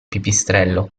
pipistrello